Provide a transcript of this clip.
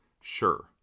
Sure